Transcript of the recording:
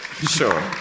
Sure